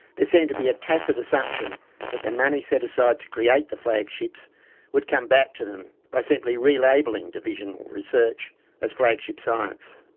there seemed to be a tacit assumption that the money set aside to create the flagships would come back to them by simply relabelling divisional research as flagship science.